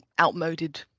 outmoded